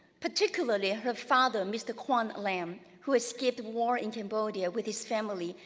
particularly her father, mr. quang lam, who escaped war in cambodia with his family,